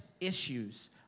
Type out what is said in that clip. issues